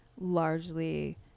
largely